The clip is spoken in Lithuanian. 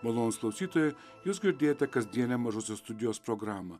malonūs klausytojai jūs girdėjote kasdienę mažosios studijos programą